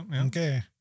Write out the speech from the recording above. okay